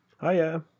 Hiya